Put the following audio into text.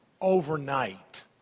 overnight